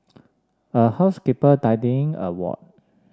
a housekeeper tidying a ward